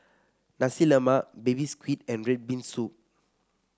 Nasi Lemak Baby Squid and red bean soup